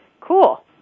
Cool